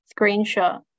screenshot